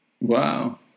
Wow